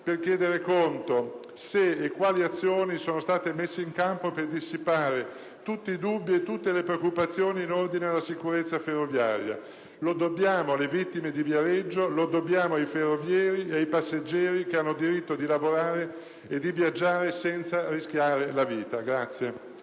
per chiedere se e quali azioni sono state messe in campo per dissipare tutti i dubbi e tutte le preoccupazioni in ordine alla sicurezza ferroviaria. Lo dobbiamo alle vittime di Viareggio. Lo dobbiamo ai ferrovieri e ai passeggeri, che hanno diritto di lavorare e di viaggiare senza rischiare la vita.